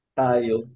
tayo